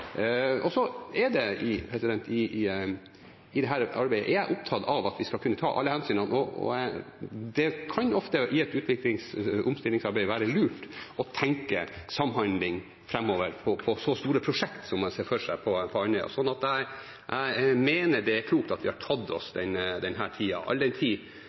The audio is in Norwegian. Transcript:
I dette arbeidet er jeg opptatt av at vi skal kunne ta alle hensynene, og i et omstillingsarbeid kan det ofte være lurt å tenke samhandling framover, iallfall på så store prosjekter som man ser for seg på Andøya. Så jeg mener det er klokt at vi har tatt oss denne tida, all den tid